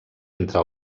entre